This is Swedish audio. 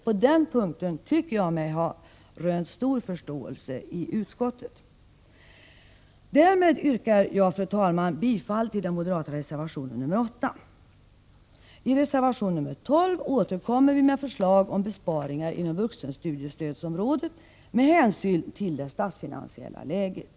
På den punkten tycker jag mig ha rönt stor förståelse i utskottet. Därmed yrkar jag, fru talman, bifall till den moderata reservationen nr 8. I reservation nr 12 återkommer vi med förslag om besparingar inom vuxenstudiestödsområdet med hänsyn till det statsfinansiella läget.